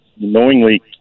knowingly